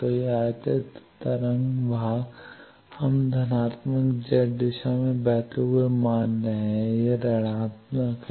तो वह आयातित तरंग भाग हम धनात्मक Z दिशा में बहते हुए मान रहे हैं यह ऋणात्मक है